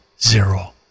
zero